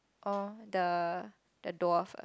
oh the the dwarf ah